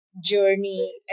journey